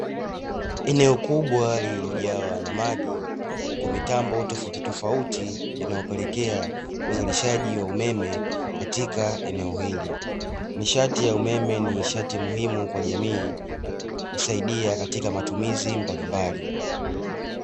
Eneo kubwa lililojawa na maji huku mitambo tofautitofauti inayopelekea uzalishaji wa umeme katika eneo hili, nishati ya umeme ni nishati muhimu kwa jamii husaidia katika matumizi mbalimbali.